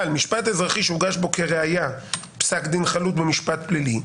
אבל "משפט אזרחי שהוגש בו כראיה פסק דין חלוט במשפט פלילי",